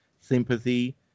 sympathy